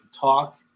talk